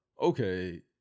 okay